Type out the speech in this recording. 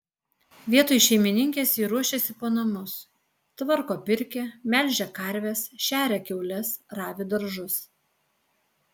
vietoj šeimininkės ji ruošiasi po namus tvarko pirkią melžia karves šeria kiaules ravi daržus